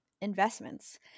investments